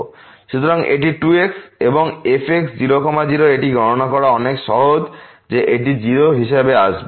সুতরাং এটি 2x এবং fx0 0 এটি গণনা করা অনেক সহজ যে এটি 0 হিসাবে আসবে